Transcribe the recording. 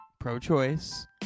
pro-choice